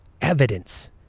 evidence